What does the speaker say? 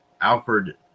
Alfred